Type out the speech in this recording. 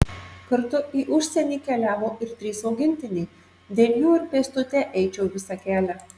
kartu į užsienį keliavo ir trys augintiniai dėl jų ir pėstute eičiau visą kelią